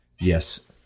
Yes